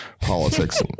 politics